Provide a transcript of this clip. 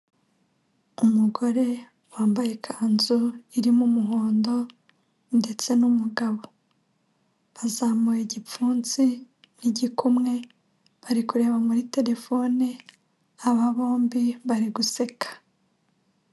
Umugore wambaye ikanzu irimo umuhondo ndetse n'umugabo, bazamuye igipfunsi, n'igikumwe bari kureba muri telefone, aba bombi bari guseka.